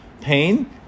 pain